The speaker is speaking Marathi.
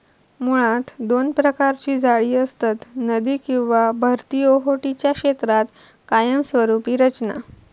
मुळात दोन प्रकारची जाळी असतत, नदी किंवा भरती ओहोटीच्या क्षेत्रात कायमस्वरूपी रचना